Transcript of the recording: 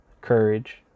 Courage